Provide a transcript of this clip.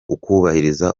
ukubahiriza